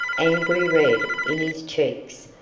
angry red in his cheeks,